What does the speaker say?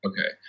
Okay